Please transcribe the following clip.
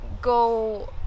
go